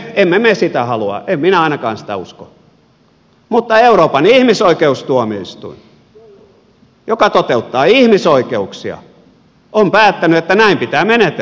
emme me sitä halua en minä ainakaan sitä usko mutta euroopan ihmisoikeustuomioistuin joka toteuttaa ihmisoikeuksia on päättänyt että näin pitää menetellä